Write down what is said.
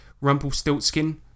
Rumpelstiltskin